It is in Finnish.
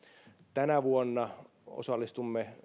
tänä vuonna osallistumme